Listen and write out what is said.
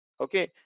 Okay